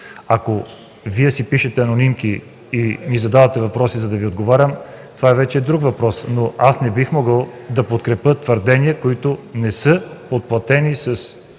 Ако Вие си пишете анонимки и ми задавате въпроси, за да Ви отговарям, това е вече друг въпрос, но аз не бих могъл да подкрепя твърдения, които не са подплатени с човек, който